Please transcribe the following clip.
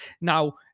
Now